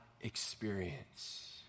experience